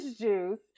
juice